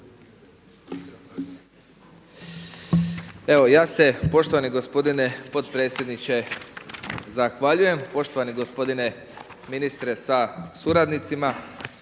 Evo, ja se poštovani gospodine potpredsjedniče, zahvaljujem. Poštovani gospodine ministre sa suradnicima,